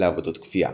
לעבודות כפייה.